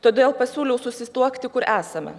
todėl pasiūliau susituokti kur esame